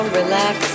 relax